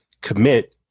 Commit